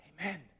Amen